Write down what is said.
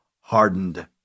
hardened